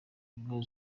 bibaho